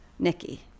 Nikki